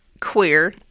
queer